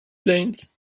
plains